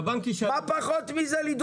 מה לעשות, לא כולם פה גרים בצהלה.